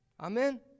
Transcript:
Amen